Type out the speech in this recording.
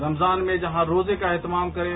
रमजान में जहां रोजे का एहतमाम करें